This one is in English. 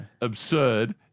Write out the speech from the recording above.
Absurd